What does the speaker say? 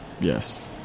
yes